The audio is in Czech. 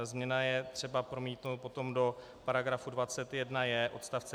Změnu je třeba promítnout potom do § 21j odst.